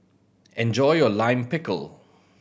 enjoy your Lime Pickle